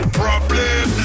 problem